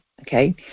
okay